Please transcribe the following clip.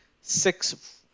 six